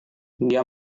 dia